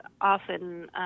often